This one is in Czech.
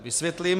Vysvětlím.